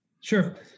Sure